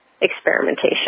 experimentation